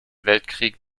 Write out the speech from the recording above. weltkrieg